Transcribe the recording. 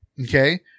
okay